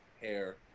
hair